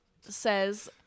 says